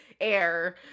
air